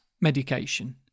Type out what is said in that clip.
medication